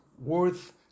worth